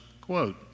quote